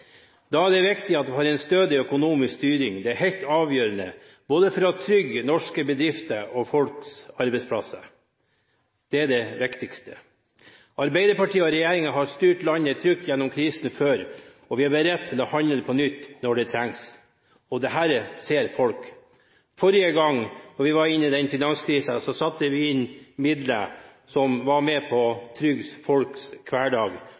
Da er det viktig at vi har en stødig økonomisk styring. Det er helt avgjørende for å trygge både norske bedrifter og folks arbeidsplasser. Det er det viktigste. Arbeiderpartiet og regjeringen har styrt landet trygt gjennom kriser før, og vi er beredt til å handle på nytt når det trengs. Og det ser folk. Forrige gang vi var inne i en finanskrise, satte vi inn midler som var med på å trygge folks hverdag,